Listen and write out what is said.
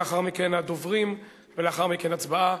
לאחר מכן הדוברים ולאחר מכן הצבעה.